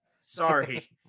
sorry